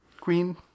Queen